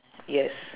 yes